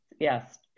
yes